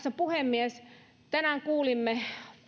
puhemies tänään kuulimme